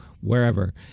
wherever